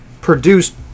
produced